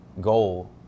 goal